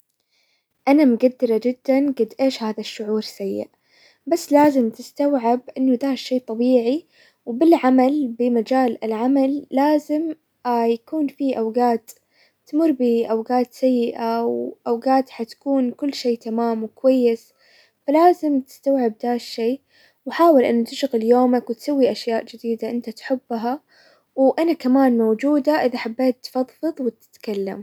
انا مقدرة جدا قد ايش هذا الشعور سيء بس لازم تستوعب انه دا شي طبيعي، وبالعمل- بمجال العمل لازم يكون في اوقات تمر باوقات سيئة، واوقات حتكون كل شي كويس، فلازم تستوعب دا الشي وحاول انه تشغل يومك وتسوي اشياء جديدة انت تحبها، وانا كمان موجودة اذا حبيت تفظفظ وتتكلم.